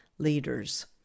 leaders